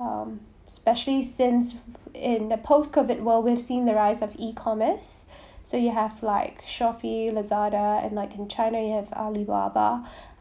um especially since in the post COVID world we've seen the rise of e-commerce so you have like shopee lazada and like in china you have alibaba